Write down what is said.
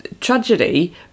tragedy